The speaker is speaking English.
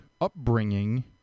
upbringing